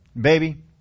baby